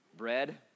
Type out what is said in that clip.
Bread